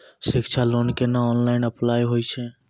शिक्षा लोन केना online apply होय छै?